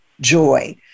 joy